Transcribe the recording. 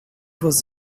was